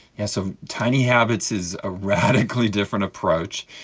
yeah so tiny habits is a radically different approach.